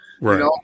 Right